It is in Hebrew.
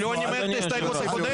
אני אוסיף לו, אל תדאג, הכול בסדר.